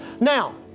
Now